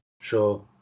Sure